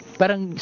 parang